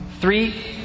three